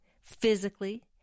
physically